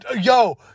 yo